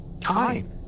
time